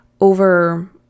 over